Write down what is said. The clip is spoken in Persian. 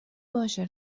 باشه